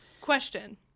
Question